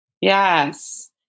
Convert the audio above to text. Yes